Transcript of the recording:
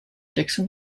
dickson